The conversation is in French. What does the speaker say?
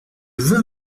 veux